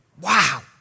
Wow